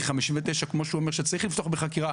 כי 59 שאומר שצריך לפתוח בחקירה,